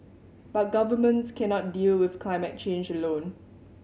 but governments cannot deal with climate change alone